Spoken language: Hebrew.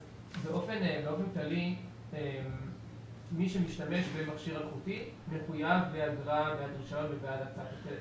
באופן כללי מי שמשתמש במכשיר אלחוטי מחויב באגרה בעד רישיון ובעד הקצאה.